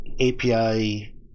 API